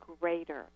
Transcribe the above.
greater